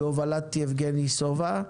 בהובלת יבגני סובה.